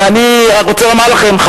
אני רוצה לומר לכם,